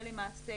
זה למעשה